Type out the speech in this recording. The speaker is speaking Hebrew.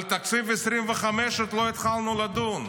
על תקציב 2025 עוד לא התחלנו לדון.